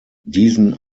diesen